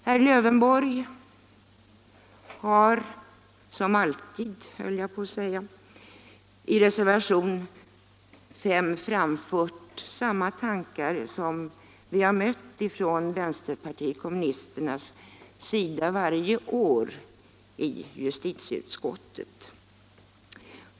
Herr Lövenborg har i reservationen 5 framfört samma tankar som vi har mött från vänsterpartiet kommunisternas sida varje år i justitieutskottet.